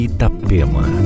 Itapema